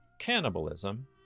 cannibalism